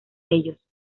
ellos